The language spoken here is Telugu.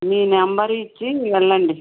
మీ నెంబరు ఇచ్చి వెళ్ళండి